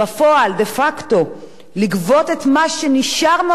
לגבות את מה שנשאר מאותם נכסים של מי